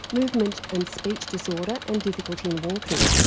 movement and speech disorder and difficulty in walking.